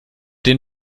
den